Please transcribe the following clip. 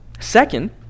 Second